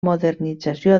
modernització